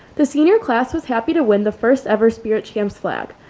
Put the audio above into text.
the senior class was happy to win the first ever spiritum slack.